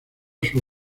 sus